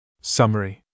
Summary